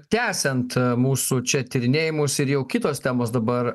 tęsiant mūsų čia tyrinėjimus ir jau kitos temos dabar